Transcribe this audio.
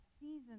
season